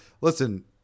Listen